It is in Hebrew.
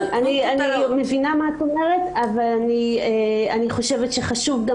אני מבינה מה את אומרת אבל אני חושבת שחשוב גם